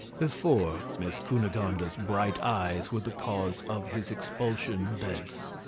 before miss cunegonde's bright eyes were the cause of his expulsion thence.